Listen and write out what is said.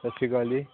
ਸਤਿ ਸ਼੍ਰੀ ਅਕਾਲ ਜੀ